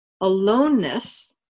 aloneness